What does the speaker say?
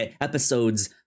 episodes